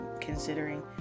considering